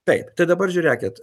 taip tai dabar žiūrėkit